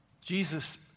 Jesus